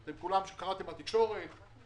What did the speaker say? כשר האוצר בזמנו חתמו על ההפקעה.